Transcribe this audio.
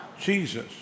Jesus